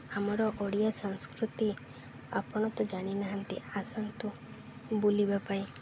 ଆମର ଓଡ଼ିଆ ସଂସ୍କୃତି ଆପଣ ତ ଜାଣିନାହାନ୍ତି ଆସନ୍ତୁ ବୁଲିବା ପାଇଁ